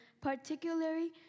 particularly